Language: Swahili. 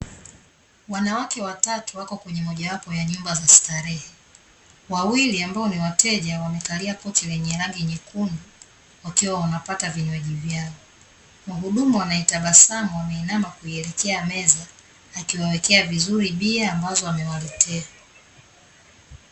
Wanawake watatu wako kwenye moja wapo ya nyumba za starehe, wawili ambao ni wateja wamekalia kochi lenye rangi nyekundu wakiwa wanapata vinywaji vyao. Muhudumu anayetabasamu ameinama kuielekea meza akiwawekea vizuri bia , ambazo amewaletea.